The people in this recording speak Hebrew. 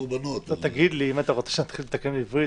את זה כן צריך לומר באופן גלוי.